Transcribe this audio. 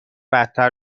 بدتر